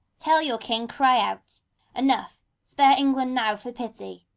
till your king cry out enough, spare england now for pity!